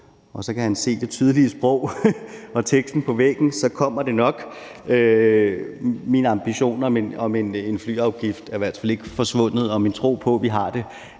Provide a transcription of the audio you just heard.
på. Så kan han høre det tydelige sprog og se skriften på væggen, og så kommer det nok. Min ambition om en flyafgift er i hvert fald ikke forsvundet, og min tro på, at vi får den,